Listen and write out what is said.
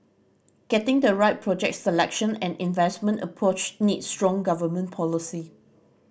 getting the right project selection and investment approach needs strong government policy